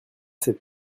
cette